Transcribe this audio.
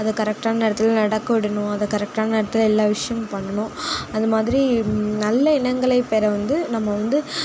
அதை கரெக்டான நேரத்தில் நடக்க விடணும் அதை கரெக்டான நேரத்தில் எல்லா விஷயமும் பண்ணணும் அந்த மாதிரி நல்ல எண்ணங்களை பெற வந்து நம்ம வந்து